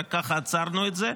ורק ככה עצרנו את זה,